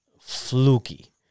fluky